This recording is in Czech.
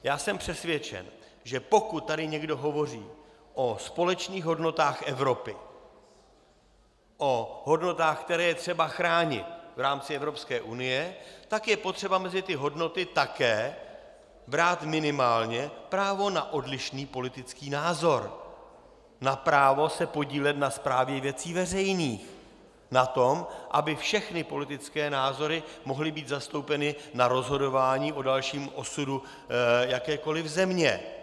Já jsem přesvědčen, že pokud tady někdo hovoří o společných hodnotách Evropy, o hodnotách, které je třeba chránit v rámci Evropské unie, tak je potřeba mezi tyto hodnoty brát také minimálně právo na odlišný politický názor, na právo se podílet na správě věcí veřejných, na tom, aby všechny politické názory mohly být zastoupeny na rozhodování o dalším osudu jakékoliv země.